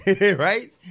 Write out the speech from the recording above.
Right